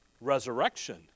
Resurrection